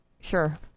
Sure